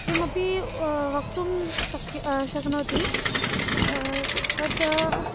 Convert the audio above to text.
किमपि वक्तुं शक्यते शक्नोति तत्